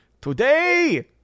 Today